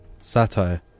Satire